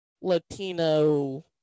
Latino